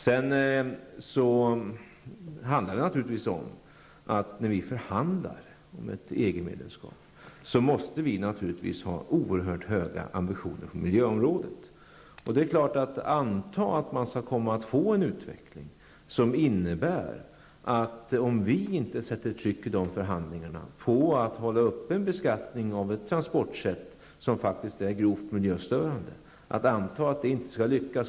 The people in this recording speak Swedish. Det handlar vidare naturligtvis om att vi när vi förhandlar om ett EG-medlemskap måste ha oerhört höga ambitioner på miljöområdet. Visst kan man anta att om man inte sätter tryck i förhandlingarna på att hålla beskattningen uppe av ett transportsätt som faktiskt är grovt miljöstörande, kommer man inte att lyckas.